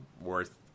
worth